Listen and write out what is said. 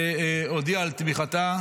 והודיעה על תמיכתה.